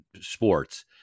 sports